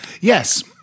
Yes